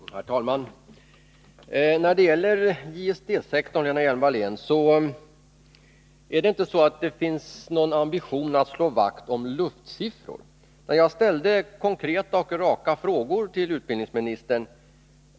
Herr talman! När det gäller JST-sektorn, Lena Hjelm-Wallén, är det inte så att det finns någon ambition att slå vakt om luftsiffror. Jag ställde raka och konkreta frågor till utbildningsministern.